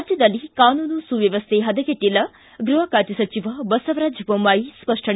ರಾಜ್ಯದಲ್ಲಿ ಕಾನೂನು ಸುವ್ಕವಸ್ಥೆ ಹದಗೆಟ್ಟಲ್ಲ ಗೃಹ ಖಾತೆ ಸಚಿವ ಬಸವರಾಜ ಬೊಮ್ಮಾಯಿ ಸ್ಪಷ್ಟನೆ